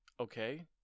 Okay